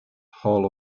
hall